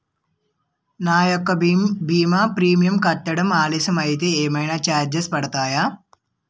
నా యెక్క భీమా ప్రీమియం కట్టడం ఆలస్యం అయితే ఏమైనా చార్జెస్ పడతాయా?